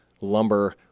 Lumber